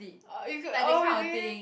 orh you got oh really